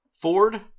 Ford